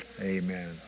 Amen